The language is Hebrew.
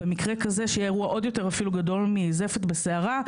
במקרה כזה שיהיה אירוע עוד יותר גדול אפילו מזפת בסערה,